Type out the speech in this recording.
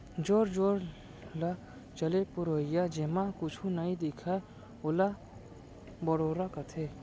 जोर जोर ल चले पुरवाई जेमा कुछु नइ दिखय ओला बड़ोरा कथें